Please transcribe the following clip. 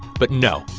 but, no,